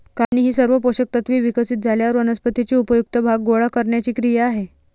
कापणी ही सर्व पोषक तत्त्वे विकसित झाल्यावर वनस्पतीचे उपयुक्त भाग गोळा करण्याची क्रिया आहे